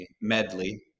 Medley